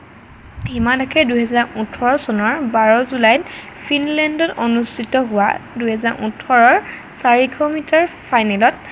হিমা দাসে দুহেজাৰ ওঠৰ চনৰ বাৰ জুলাইত ফিনলেণ্ডত অনুস্থিত হোৱা দুই হাজাৰ ওঠৰৰ চাৰিশ মিটাৰ ফাইনেলত